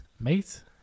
Mate